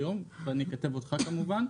ואכתב אותך כמובן,